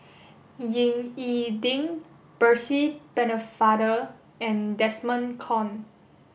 Ying E Ding Percy Pennefather and Desmond Kon